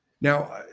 Now